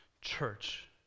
church